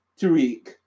Tariq